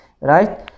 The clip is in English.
Right